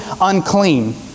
unclean